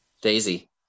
Daisy